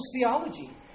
theology